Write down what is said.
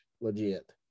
legit